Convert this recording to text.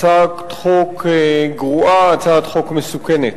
הצעת חוק גרועה, הצעת חוק מסוכנת.